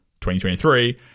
2023